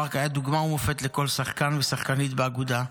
ברק היה דוגמה ומופת לכל שחקן ושחקנית באגודה,